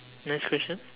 next question